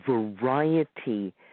variety